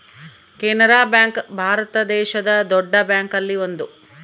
Canara bank Bharat ದೇಶದ್ ದೊಡ್ಡ bank ಅಲ್ಲಿ ಒಂದು